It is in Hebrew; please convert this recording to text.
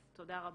אז תודה רבה.